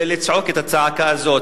לצעוק את הצעקה הזאת?